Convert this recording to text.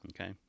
okay